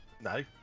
no